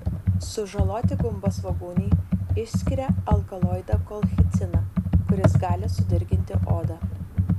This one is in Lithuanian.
sužaloti gumbasvogūniai išskiria alkaloidą kolchiciną kuris gali sudirginti odą